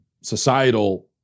societal